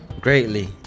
Greatly